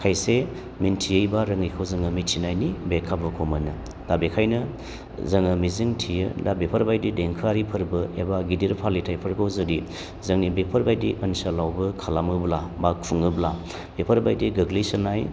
खायसे मिनथियै बा रोङैखौ जोङो मिन्थिनायनि बे खाबुखौ मोनो दा बेखायनो जोङो मिजिंथियो दा बेफोरबायदि देंखोआरि फोरबो एबा गिदिर फालिथायफोरखौ जुदि जोंनि बेफोरबायदि ओनसोलावबो खालामोब्ला बा खुङोब्ला बेफोरबायदि गोग्लैसोनाय